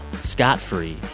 scot-free